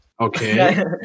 Okay